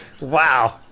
Wow